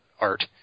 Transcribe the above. art